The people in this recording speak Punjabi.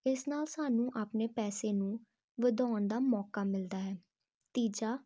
ਇਸ ਨਾਲ ਸਾਨੂੰ ਆਪਣੇ ਪੈਸੇ ਨੂੰ ਵਧਾਉਣ ਦਾ ਮੌਕਾ ਮਿਲਦਾ ਹੈ ਤੀਜਾ